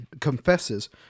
confesses